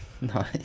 Nice